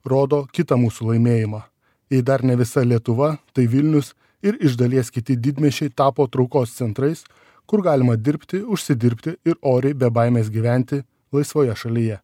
rodo kitą mūsų laimėjimą jei dar ne visa lietuva tai vilnius ir iš dalies kiti didmiesčiai tapo traukos centrais kur galima dirbti užsidirbti ir oriai be baimės gyventi laisvoje šalyje